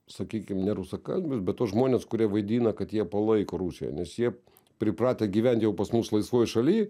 sakykim ne rusakalbius be tuos žmones kurie vaidina kad jie palaiko rusiją nes jie pripratę gyvent jau pas mus laisvoj šaly